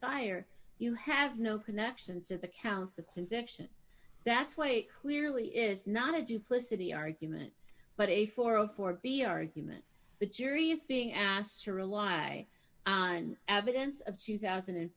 fire you have no connection to the counts of conviction that's why it clearly is not a duplicity argument but a forum for b argument the jury is being asked to rely on evidence of two thousand and